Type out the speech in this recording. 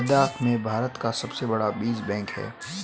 लद्दाख में भारत का सबसे बड़ा बीज बैंक है